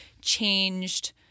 changed